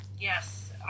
Yes